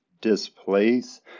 displace